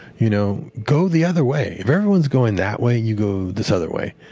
you know go the other way. if everyone's going that way, you go this other way.